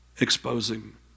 exposing